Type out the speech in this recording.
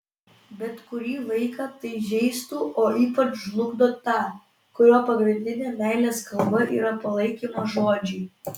bet kurį vaiką tai žeistų o ypač žlugdo tą kurio pagrindinė meilės kalba yra palaikymo žodžiai